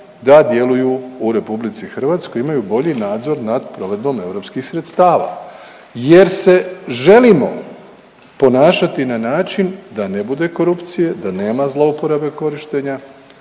da djeluju u RH i imaju bolji nadzor nad provedbom europskih sredstava jer se želimo ponašati na način da ne bude korupcije, da nema zlouporabe korištenja